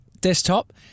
desktop